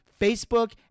Facebook